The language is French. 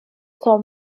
son